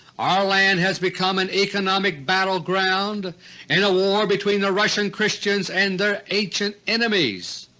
our land has become an economic battleground in a war between the russian christians and their ancient enemies.